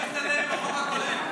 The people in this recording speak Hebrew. איך זה מסתדר עם החוק הקודם?